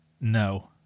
No